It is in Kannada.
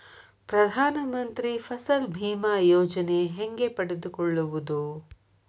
ಪ್ರಧಾನ ಮಂತ್ರಿ ಫಸಲ್ ಭೇಮಾ ಯೋಜನೆ ಹೆಂಗೆ ಪಡೆದುಕೊಳ್ಳುವುದು?